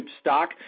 stock